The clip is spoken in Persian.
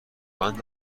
بند